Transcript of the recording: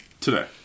Today